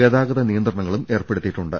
ഗതാഗത നിയന്ത്രണങ്ങളും ഏർപ്പെ ടുത്തിയിട്ടുണ്ട്